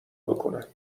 بکنند